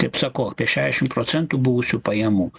teip sakau apie šesšim procentų buvusių pajamų